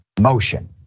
motion